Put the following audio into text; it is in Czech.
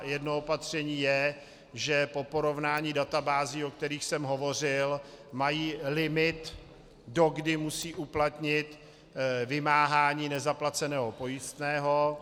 Jedno opatření je, že po porovnání databází, o kterých jsem hovořil, mají limit, do kdy musí uplatnit vymáhání nezaplaceného pojistného.